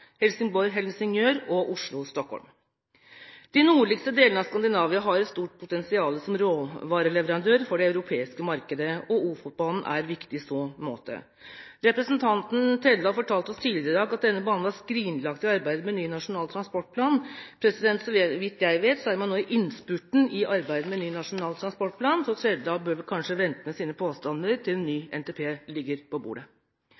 og Oslo–Stockholm. De nordligste delene av Skandinavia har et stort potensial som råvareleverandør for det europeiske markedet, og Ofotbanen er viktig i så måte. Representanten Trældal fortalte oss tidligere i dag at denne banen er skrinlagt i arbeidet med ny Nasjonal transportplan. Så vidt jeg vet, er man nå i innspurten i arbeidet med ny Nasjonal transportplan, så Trældal bør vel kanskje vente med sine påstander til ny NTP ligger på bordet.